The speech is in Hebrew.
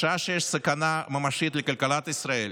בשעה שיש סכנה ממשית לכלכלת ישראל,